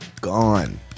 gone